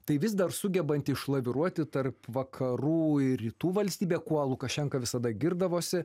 tai vis dar sugebanti išlaviruoti tarp vakarų ir rytų valstybė kuo lukašenka visada girdavosi